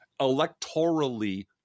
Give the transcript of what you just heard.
electorally